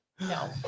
No